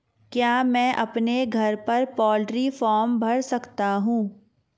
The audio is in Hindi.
क्या मैं अपने घर पर पोल्ट्री फार्म बना सकता हूँ?